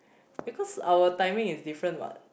because our timing is different what